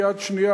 מיד שנייה,